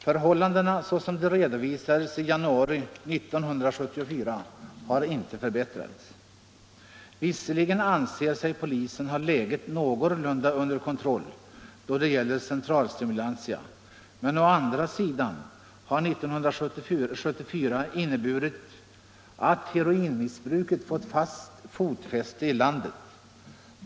Förhållandena såsom de redovisades i januari 1974 har inte förbättrats. Visserligen anser sig polisen ha läget någorlunda under kontroll då det gäller CS, men å andra sidan har år 1974 inneburit att heroinmissbruket fått fast fotfäste i landet.